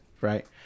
right